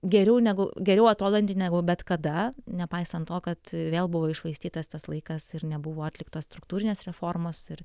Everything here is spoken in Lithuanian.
geriau negu geriau atrodanti negu bet kada nepaisant to kad vėl buvo iššvaistytas tas laikas ir nebuvo atliktos struktūrinės reformos ir